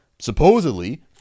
supposedly